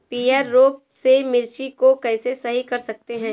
पीहर रोग से मिर्ची को कैसे सही कर सकते हैं?